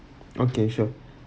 okay sure